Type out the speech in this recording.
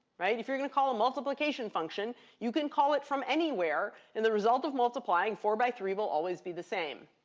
if you're going to call a multiplication function, you can call it from anywhere, and the result of multiplying four by three will always be the same.